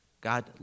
God